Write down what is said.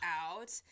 out